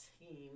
team